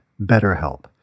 BetterHelp